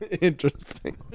Interesting